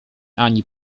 ani